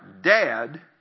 dad